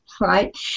right